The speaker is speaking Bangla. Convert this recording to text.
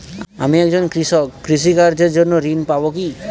আমি একজন কৃষক কৃষি কার্যের জন্য ঋণ পাব কি?